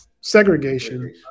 segregation